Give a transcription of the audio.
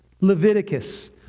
Leviticus